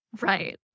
Right